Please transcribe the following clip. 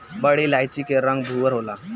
बड़ी इलायची के रंग भूअर होला